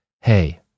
Hey